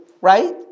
Right